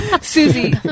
Susie